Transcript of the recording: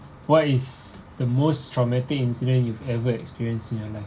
what is the most traumatic incident you've ever experienced in your life